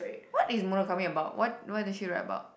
what is Murakami about what what does she write about